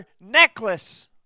necklace